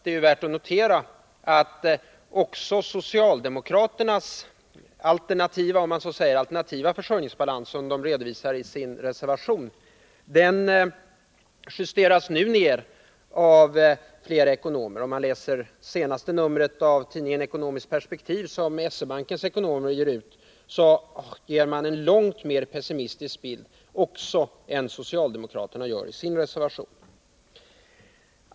Det är värt att notera att också den alternativa försörjningsbalans som socialdemokraterna redovisar i sin reservation nu justeras ned av flera ekonomer. I t.ex. det senaste numret av Ekonomiskt Perspektiv. som SE-Bankens ekonomer ger ut, ges en långt mer pessimistisk bild än vad socialdemokraterna gör i sin reservation.